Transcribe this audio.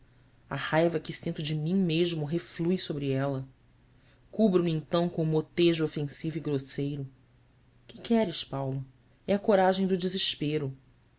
a raiva que sinto de mim mesmo reflui sobre ela cubro me então com o motejo ofensivo e grosseiro que queres paulo é a coragem do desespero